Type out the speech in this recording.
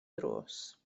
drws